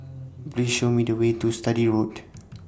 Please Show Me The Way to Sturdee Road